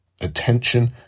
attention